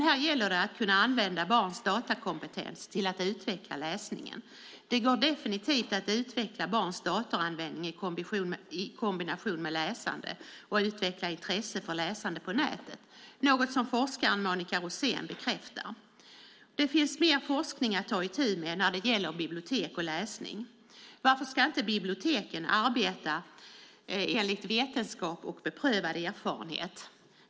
Här gäller det att använda barns datorkompetens till att utveckla läsningen. Det går definitivt att utveckla barns datoranvändning i kombination med läsande och utveckla intresset för läsande på nätet. Det är något som forskaren Monica Rosén bekräftar. Det finns mer forskning att ta itu med när det gäller bibliotek och läsning. Varför ska inte biblioteken arbeta enligt vetenskap och beprövad erfarenhet?